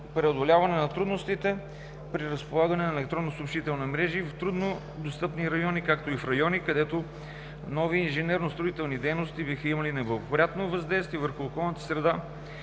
преодоляването на трудностите при разполагане на електронни съобщителни мрежи в трудно достъпни райони, както и в райони, където нови инженерно-строителни дейности биха имали неблагоприятно въздействие върху околната среда